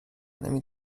نمی